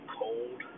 cold